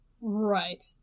right